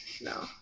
No